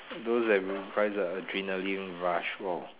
those that requires a adrenaline rush lor